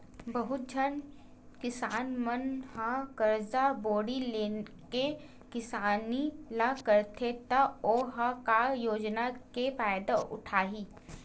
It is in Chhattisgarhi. बहुत झन किसान मन ह करजा बोड़ी लेके किसानी ल करथे त ओ ह का योजना के फायदा उठाही